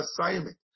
assignment